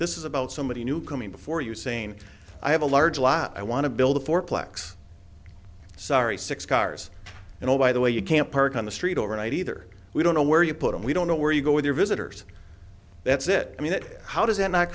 this is about somebody new coming before you saying i have a large lot i want to build a fourplex sorry six cars and oh by the way you can't park on the street or i either we don't know where you put in we don't know where you go with your visitors that's it i mean it how does that not